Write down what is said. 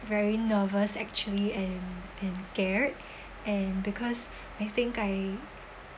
very nervous actually and and scared and because I think I